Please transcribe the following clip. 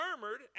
murmured